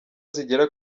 zigera